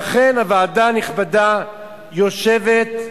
ואכן, הוועדה הנכבדה יושבת,